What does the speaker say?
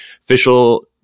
Official